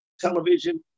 television